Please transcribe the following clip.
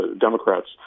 Democrats